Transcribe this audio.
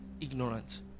ignorant